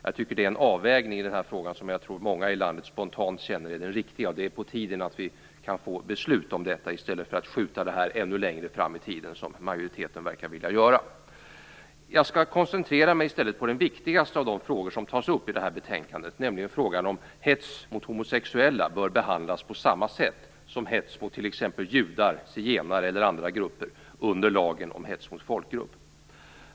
Jag tror att det är en avvägning i den här frågan som många i det här landet spontant känner är den riktiga, och det är på tiden att vi får ett beslut om detta i stället för att skjuta det ännu längre fram i tiden som majoriteten verkar vilja göra. Jag skall i stället koncentrera mig på den viktigaste av de frågor som tas upp i det här betänkandet, nämligen frågan om huruvida hets mot homosexuella bör behandlas på samma sätt som hets mot t.ex. judar, zigenare eller andra grupper under lagen om hets mot folkgrupp.